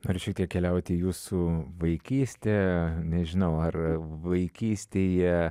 ar šiek tiek keliaujti į jūsų vaikystę nežinau ar vaikystėje